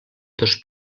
dos